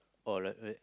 or right right